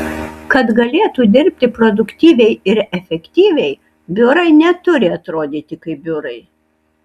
kad galėtų dirbti produktyviai ir efektyviai biurai neturi atrodyti kaip biurai